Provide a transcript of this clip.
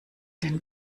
denn